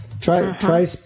Try